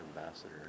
ambassador